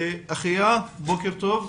אחיה, בוקר טוב.